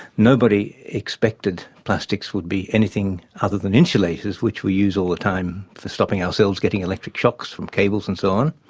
nobody expected plastics would be anything other than insulators which we use all the time for stopping ourselves getting electric shocks from cables and so on.